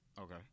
Okay